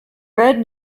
bread